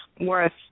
worth